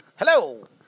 Hello